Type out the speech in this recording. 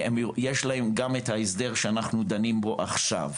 יש להם גם את ההסדר שאנחנו דנים בו עכשיו.